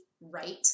right